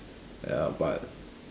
ya but